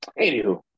anywho